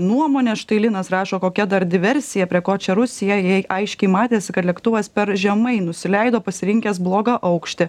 nuomonė štai linas rašo kokia dar diversija prie ko čia rusija jei aiškiai matėsi kad lėktuvas per žemai nusileido pasirinkęs blogą aukštį